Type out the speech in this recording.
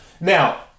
Now